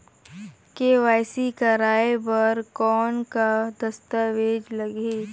KYC कराय बर कौन का दस्तावेज लगही?